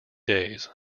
days